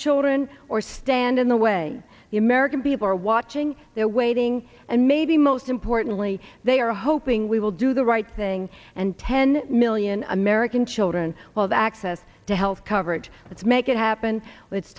children or stand in the way the american people are watching they're waiting and maybe most importantly they are hoping we will do the right thing and ten million american children well the access to health coverage let's make it happen it's